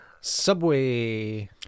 Subway